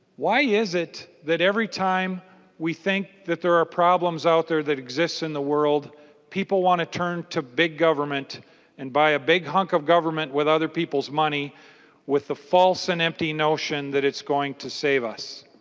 why is it that every time we think that there are problems out there that exist in the world people want to turn to big government and buy a big hunk of government with other people's money with a false and empty notion that is going to save us?